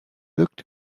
looked